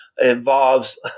involves